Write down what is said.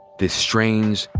this strange,